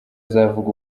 azavuga